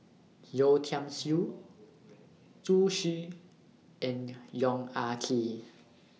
Yeo Tiam Siew Zhu Xu and Yong Ah Kee